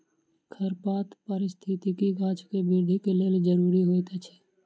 खरपात पारिस्थितिकी गाछ के वृद्धि के लेल ज़रूरी होइत अछि